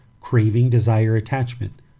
craving-desire-attachment